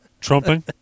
Trumping